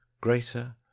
greater